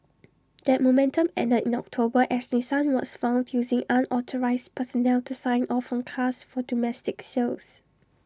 that momentum ended in October as Nissan was found using unauthorised personnel to sign off on cars for domestic sales